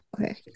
okay